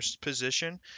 position